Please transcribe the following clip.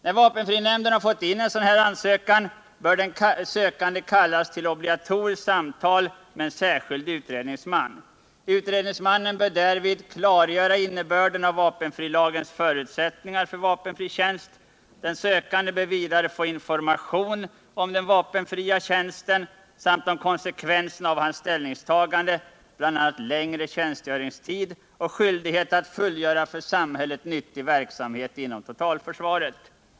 När vapenfrinämnden har fått in en sådan ansökan, bör den sökande kallas till obligatoriskt samtal med en särskild utredningsman. Utredningsmannen bör därvid klargöra innebörden av vapenfrilagens förutsättningar för vapenfri tjänst. Den sökande bör vidare få information om den vapenfria tjänsten samt om konsekvenser av hans ställningstagande, bl.a. längre tjänstgöringstid och skyldighet att fullgöra för samhället nyttig verksamhet inom totalförsvaret.